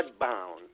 Bloodbound